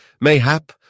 Mayhap